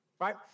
right